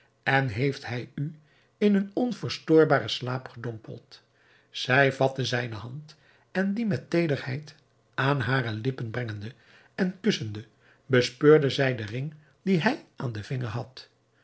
en heeft hij u in een onverstoorbaren slaap gedompeld zij vatte zijne hand en die met teederheid aan hare lippen brengende en kussende bespeurde zij den ring dien hij aan den vinger had